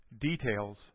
Details